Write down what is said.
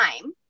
time